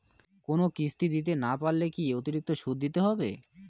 কোনো কিস্তি দিতে না পারলে কি অতিরিক্ত সুদ দিতে হবে?